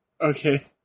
Okay